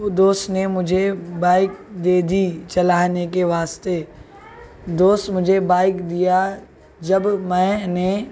وہ دوست نے مجھے بائک دے دی چلانے کے واسطے دوست مجھے بائک دیا جب میں نے